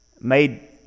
made